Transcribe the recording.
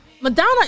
Madonna